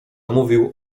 mówił